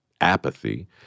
apathy